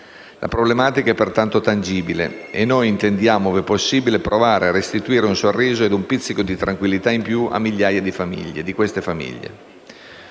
La problematica è pertanto tangibile e noi intendiamo, ove possibile, provare a restituire un sorriso ed un pizzico di tranquillità in più a migliaia di queste famiglie.